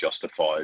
justified